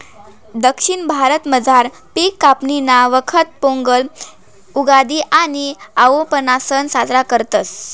दक्षिण भारतामझार पिक कापणीना वखत पोंगल, उगादि आणि आओणमना सण साजरा करतस